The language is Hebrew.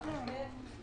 בתקופת המשבר,